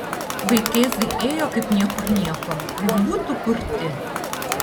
vaikėzai ėjo kaip niekur nieko lyg būtų kurti